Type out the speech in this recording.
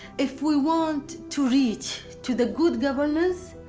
if we want to reach to the good governance,